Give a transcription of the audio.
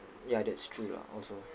ya that's true lah also